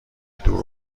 دور